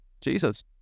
Jesus